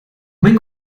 mein